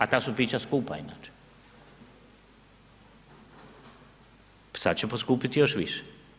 A ta su pića skupa inače, sada će poskupiti još više.